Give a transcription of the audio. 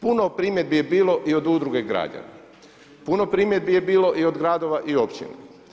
Puno primjedbi je bilo i od udruge građana, puno primjedbi je bilo i od gradova i općina.